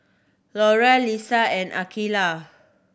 Loraine Lesa and Akeelah